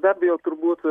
be abejo turbūt